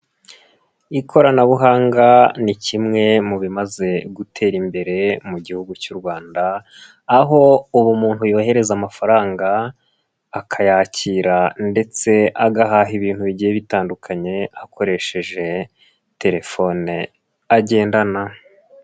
Ikoranabuhanga ni kimwe mu bimaze gutera imbere mu Gihugu cy'u Rwanda, aho ubu umuntu yohereza amafaranga, akayakira ndetse agahaha ibintu bigiye bitandukanye akoresheje telefone agendana.